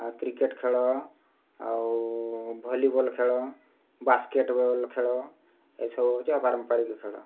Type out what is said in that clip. ଆଉ କ୍ରିକେଟ୍ ଖେଳ ଆଉ ଭଲିବଲ୍ ଖେଳ ବାସ୍କେଟ୍ବଲ୍ ଖେଳ ଏସବୁ ହେଉଛି ଆଉ ପାରମ୍ପରିକ ଖେଳ